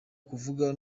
kuvuga